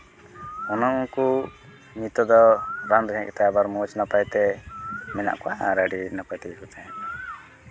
ᱚᱱᱮ ᱩᱱᱠᱩ ᱱᱤᱛᱚᱜ ᱫᱚ ᱵᱟᱝ ᱛᱟᱦᱮᱸ ᱠᱟᱛᱮᱫ ᱟᱵᱟᱨ ᱢᱚᱡᱽ ᱱᱟᱯᱟᱭᱛᱮ ᱢᱮᱱᱟᱜ ᱠᱚᱣᱟ ᱟᱨ ᱟᱹᱰᱤ ᱱᱟᱯᱟᱭ ᱛᱮᱜᱮ ᱠᱚ ᱛᱟᱦᱮᱱᱟ